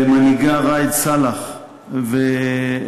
למנהיגו ראאד סלאח ולתנועתו,